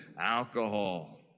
alcohol